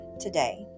today